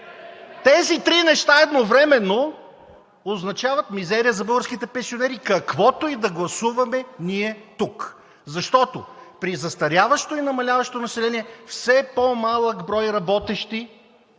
Тези три неща едновременно означават мизерия за българските пенсионери, каквото и да гласуваме ние тук, защото при застаряващо и намаляващо население все по-малък брой работещи